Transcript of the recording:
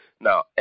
Now